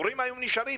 המורים היו נשארים.